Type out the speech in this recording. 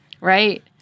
right